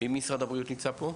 מי ממשרד הבריאות נמצא פה?